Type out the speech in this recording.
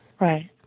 Right